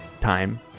time